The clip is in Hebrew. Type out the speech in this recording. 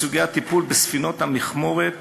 בסוגיית הטיפול בספינות המכמורת